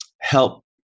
help